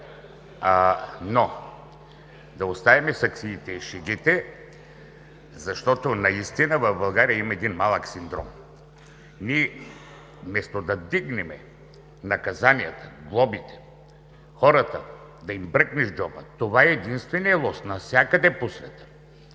Но, да оставим саксиите и шегите, защото наистина в България има един малък синдром. Ние вместо да вдигнем наказанията, глобите, на хората да им бръкнеш в джоба – това е единственият лост навсякъде по света,